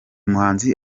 muhanzi